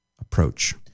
approach